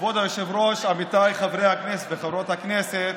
כבוד היושב-ראש, עמיתיי חברי הכנסת וחברות הכנסת,